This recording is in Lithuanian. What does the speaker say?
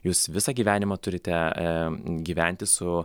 jūs visą gyvenimą turite gyventi su